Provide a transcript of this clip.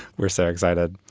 we're so excited.